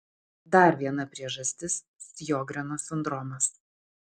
dar viena priežastis sjogreno sindromas